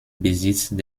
besitzt